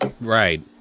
Right